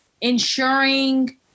ensuring